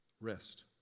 Rest